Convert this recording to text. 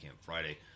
Friday